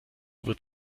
wird